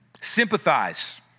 Sympathize